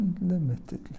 unlimitedly